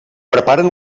preparen